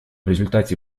результате